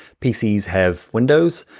pcs have windows,